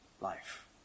life